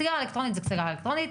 סיגריה אלקטרונית היא סיגריה אלקטרונית,